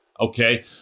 okay